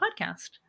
podcast